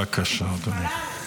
בבקשה, אדוני.